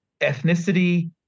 ethnicity